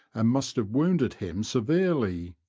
and must have wounded him severely.